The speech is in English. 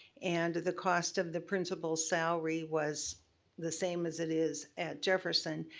and the cost of the principal's salary was the same as it is at jefferson,